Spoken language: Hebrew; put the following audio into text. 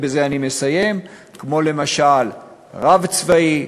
למשל רב צבאי,